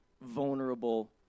vulnerable